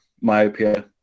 Myopia